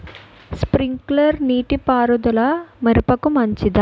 Sprinkler నీటిపారుదల మిరపకు మంచిదా?